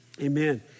amen